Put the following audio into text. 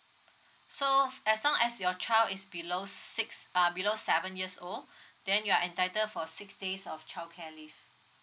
so as long as your child is below six uh below seven years old then you are entitled for six days of childcare leave